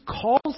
calls